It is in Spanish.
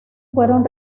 fueron